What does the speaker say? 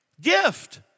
Gift